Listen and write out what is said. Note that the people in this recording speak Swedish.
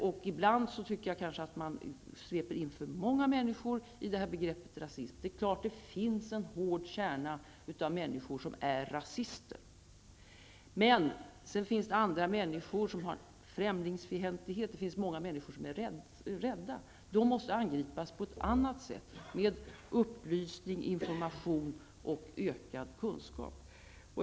Ibland tycker jag kanske att man tar med för många människor när man använder begreppet. Det är klart att det finns en hård kärna av människor som är rasister. Men sedan finns andra människor som känner främlingsfientlighet. Det finns många människor som är rädda. Det måste angripas på ett annat sätt, med upplysning, information och ökad kunskap.